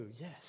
yes